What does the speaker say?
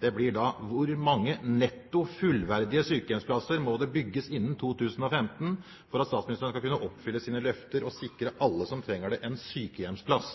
blir da: Hvor mange netto fullverdige sykehjemsplasser må bygges innen 2015 for at statsministeren skal kunne oppfylle sine løfter og sikre alle som trenger det, en sykehjemsplass?